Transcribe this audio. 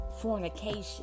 fornication